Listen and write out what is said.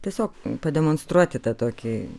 tiesiog pademonstruoti tą tokį